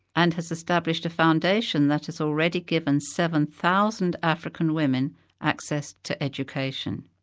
and has established a foundation that has already given seven thousand african women access to education.